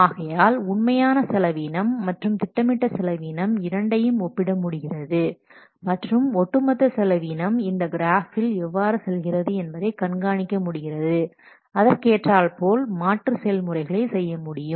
ஆகையால் உண்மையான செலவினம் மற்றும் திட்டமிட்ட செலவீனம் இரண்டையும் ஒப்பிட முடிகிறது மற்றும் ஒட்டு மொத்த செலவீனம் இந்த கிராஃப்பில் எவ்வாறு செல்கிறது என்பதை கண்காணிக்க முடிகிறது அதற்கு ஏற்றார்போல் மாற்று செயல் முறைகளை செய்ய முடியும்